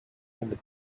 and